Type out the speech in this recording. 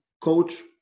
coach